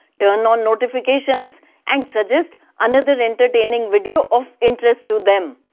turn on notifications and suggest another entertaining video of interest to them.